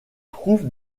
trouve